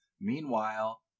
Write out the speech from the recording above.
Meanwhile